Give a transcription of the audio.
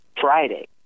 Friday